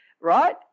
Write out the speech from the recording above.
right